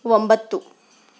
ಒಂಬತ್ತು